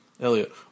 Elliot